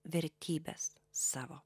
vertybes savo